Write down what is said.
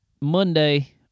Monday